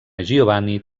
giovanni